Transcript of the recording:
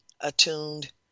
attuned